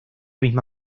misma